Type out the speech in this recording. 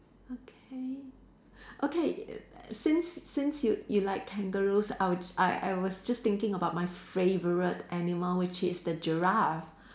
okay okay err since since you you like kangaroos I would I I was just thinking about my favorite animal which is the giraffe